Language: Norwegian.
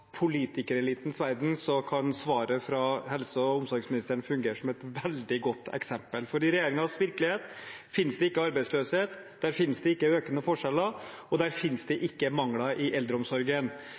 politikerelitens verden, kan svaret fra helse- og omsorgsministeren fungere som et veldig godt eksempel, for i regjeringens virkelighet finnes det ikke arbeidsløshet, der finnes det ikke økende forskjeller, og der finnes det